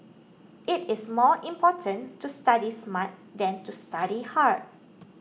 it is more important to study smart than to study hard